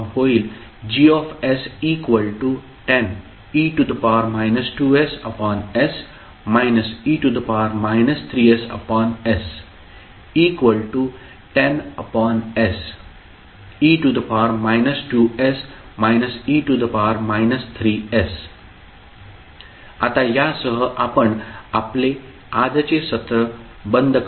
Laplace transform होईल Gs10e 2ss e 3ss10se 2s e 3s आता यासह आपण आपले आजचे सत्र बंद करू